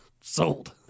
Sold